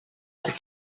per